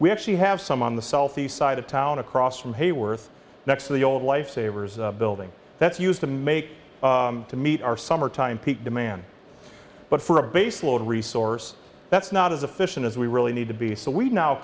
we actually have some on the southeast side of town across from hayworth next to the old lifesavers building that's used to make to meet our summertime peak demand but for a base load resource that's not as efficient as we really need to be so we now